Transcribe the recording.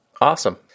Awesome